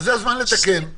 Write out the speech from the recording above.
זה הזמן לתקן.